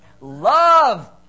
Love